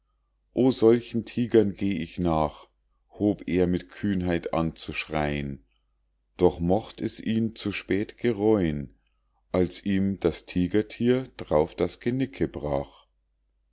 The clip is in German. o solchen tigern geh ich nach hob er mit kühnheit an zu schreien doch mocht es ihn zu spät gereuen als ihm das tigerthier d'rauf das genicke brach